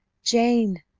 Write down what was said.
jane!